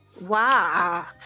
wow